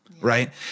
right